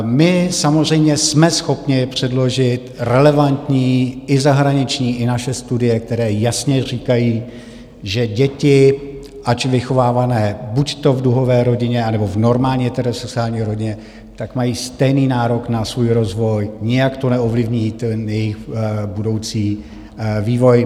My samozřejmě jsme schopni předložit relevantní i zahraniční i naše studie, které jasně říkají, že děti, ač vychovávané buďto v duhové rodině, anebo v normálně heterosexuální rodině, mají stejný nárok na svůj rozvoj, nijak to neovlivní jejich budoucí vývoj.